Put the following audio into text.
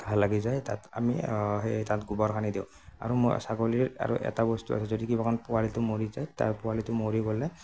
ঘা লাগি যায় তাত আমি সেই তাত গোবৰ সানি দিওঁ আৰু মই ছাগলীৰ আৰু এটা বস্তু আছে যদি কিবা কাৰণত পোৱালিটো মৰি যায় তাৰ পোৱালিটো মৰি গ'লে